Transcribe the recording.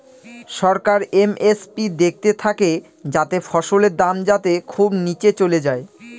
সরকার MSP দেখতে থাকে যাতে ফসলের দাম যাতে খুব নীচে চলে যায়